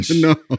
No